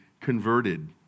converted